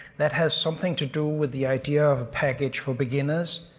that has something to do with the idea of a package for beginners.